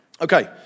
Okay